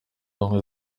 ubumwe